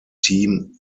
team